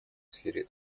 сфере